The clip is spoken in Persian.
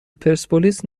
پرسپولیس